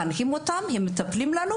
והן מחנכות אותם ומטפלות בהם,